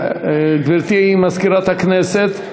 גברתי מזכירת הכנסת,